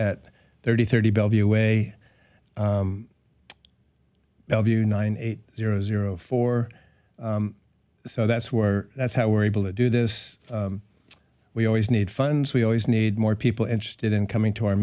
at thirty thirty bellevue way nine eight zero zero four so that's where that's how we're able to do this we always need funds we always need more people interested in coming to our